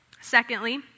Secondly